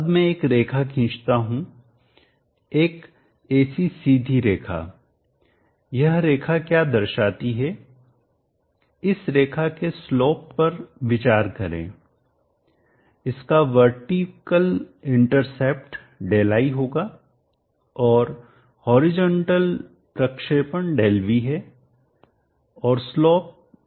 अब मैं एक रेखा खींचता हूं एक ऐसी सीधी रेखा यह रेखा क्या दर्शाती है इस रेखा के स्लोपढलान पर विचार करें इसका वर्टिकल ऊर्ध्वाधर इंटरसेप्टअवरोधन Δi होगा और हॉरिजॉन्टलक्षैतिज प्रक्षेपण ΔV है और स्लोपढलान Δi ΔV है